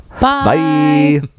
bye